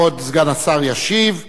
כבוד סגן השר ישיב,